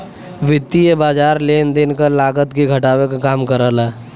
वित्तीय बाज़ार लेन देन क लागत के घटावे क काम करला